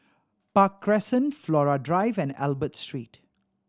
Park Crescent Flora Drive and Albert Street